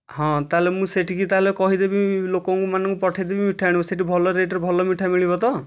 ହଁ ତା'ହେଲେ ମୁଁ ସେଠିକି ତା'ହେଲେ କହିଦେବି ଲୋକଙ୍କୁ ମାନଙ୍କୁ ପଠେଇ ଦେବି ମିଠା ଆଣିବ ସେଇଠି ଭଲ ରେଟ୍ରେ ଭଲ ମିଠା ମିଳିବ ତ